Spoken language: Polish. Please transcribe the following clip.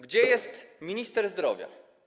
Gdzie jest minister zdrowia?